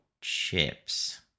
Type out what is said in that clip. chips